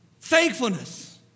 Thankfulness